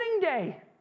day